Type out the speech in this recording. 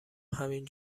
همین